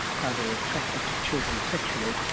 how they're attracted to children sexually,